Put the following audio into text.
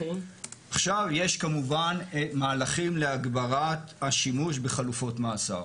עכשיו יש כמובן מהלכים להגברת השימוש בחלופות מאסר.